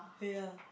ya